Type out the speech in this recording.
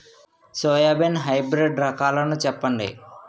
Soybean hybrid రకాలను చెప్పండి?